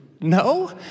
no